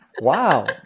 wow